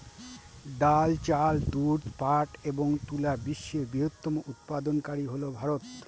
ডাল, চাল, দুধ, পাট এবং তুলা বিশ্বের বৃহত্তম উৎপাদনকারী হল ভারত